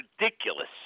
ridiculous